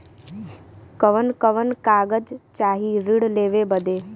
कवन कवन कागज चाही ऋण लेवे बदे?